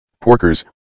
Porkers